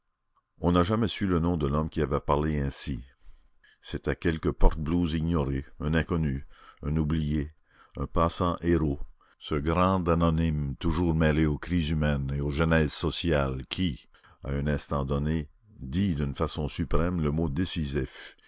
on n'a jamais su le nom de l'homme qui avait parlé ainsi c'était quelque porte blouse ignoré un inconnu un oublié un passant héros ce grand anonyme toujours mêlé aux crises humaines et aux genèses sociales qui à un instant donné dit d'une façon suprême le mot décisif